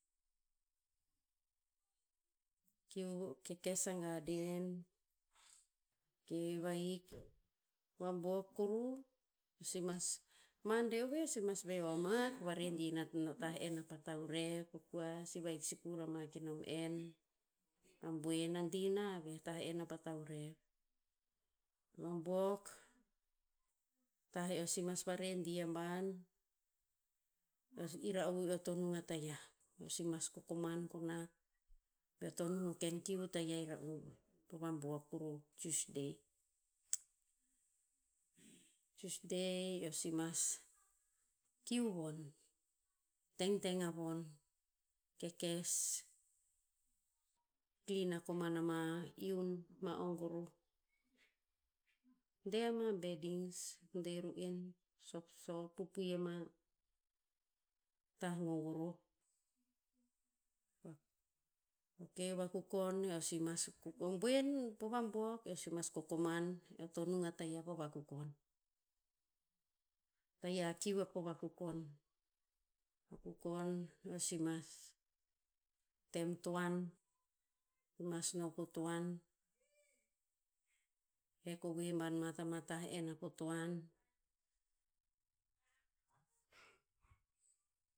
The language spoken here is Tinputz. Keo kekes a garden, ok, vahik, vabuok kuruh, eo si mas, monday ovoe eo si mas veho ma, varedi ina tah en apa taurev pom kua si vahik sikur ama ke nom en. A boen, a dina veh a tah en apa taurev. Vabuok, tah eo si mas varedi aban, ira'u eo to nung a tayiah. Eo si mas kokoman ko nat. Eo to nung o ken kiu tayiah ira'u, po vabuok kuruh, tuesday. Tuesday eo si mas kiu von, tengteng a von, kekes klin a koman ama iun, ma o goroh. De ama bedings, de ru'en, sopsop pupui ama tah gogoroh. Ok, vakukon, eo si mas o boen po vabuok, eo si mas kokoman, eo to nung a tayiah po vakukon. Tayiah kiu va po vakukon. Vakukon eo si mas tem toan. Si mas no po toan. Hek ovoe ban ma ta ma tah en a po toan.